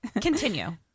continue